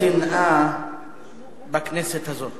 שנאה בכנסת הזאת.